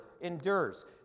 endures